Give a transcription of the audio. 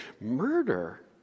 murder